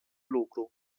lucru